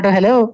Hello